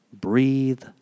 breathe